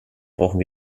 brauchen